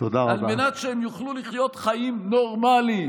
על מנת שהם יוכלו לחיות חיים נורמליים".